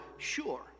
sure